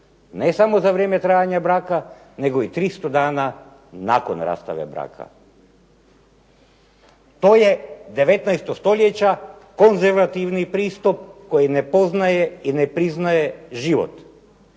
ne samo za vrijeme trajanja braka nego i 300 dana nakon rastave braka. To je 19. stoljeća konzervativni pristup koji ne poznaje i ne priznaje život.